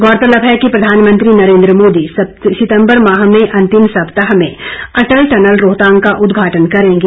गौरतलब है कि प्रधानमंत्री नरेन्द्र मोदी सितम्बर माह के अंतिम सप्ताह में अटल टनल रोहतांग का उदघाटन करेंगे